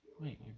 Wait